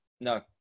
No